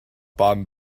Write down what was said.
baden